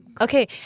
Okay